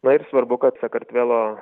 na ir svarbu kad sakartvelo